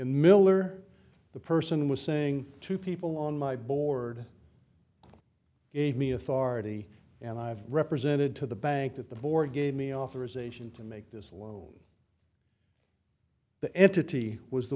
miller the person was saying to people on my board gave me authority and i've represented to the bank that the board gave me authorization to make this loan the entity was the